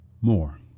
more